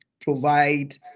provide